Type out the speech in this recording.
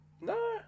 No